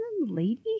lady